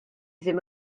ddim